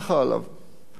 ותעשה קפה.